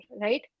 right